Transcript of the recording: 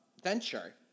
venture